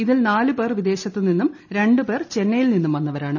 ഇതിൽ നാല്ക് പേർ വിദേശത്ത് നിന്നും രണ്ട് പേർ ചെന്നൈയിൽ നിന്നും വൃന്നിവ്രാണ്